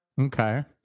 Okay